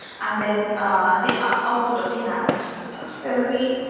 and then the output of the analysis task. there will be